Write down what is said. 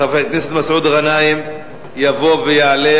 חבר הכנסת מסעוד גנאים יבוא ויעלה.